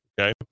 Okay